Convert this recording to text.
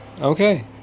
okay